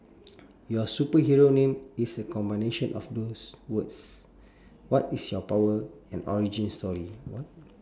your superhero name is a combination of those words what is your power and origin story what